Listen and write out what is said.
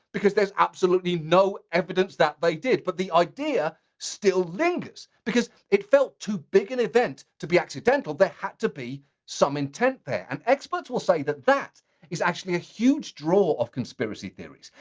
because there's absolutely no evidence that they did, but the idea, still lingers. because it felt too big an event to be accidental. there had to be some intent there. and experts will say that that is actually a huge draw of conspiracy theories.